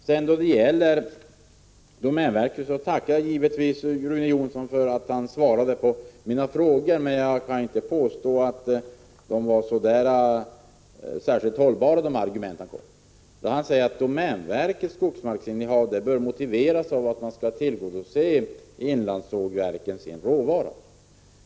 Vad sedan gäller domänverket tackar jag givetvis Rune Jonsson för att han svarade på mina frågor, men jag kan inte påstå att de argument han förde fram var särskilt hållbara. Han säger att domänverkets skogsmarksinnehav är motiverat med hänsyn till att inlandssågverken bör få sin råvara.